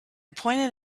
pointed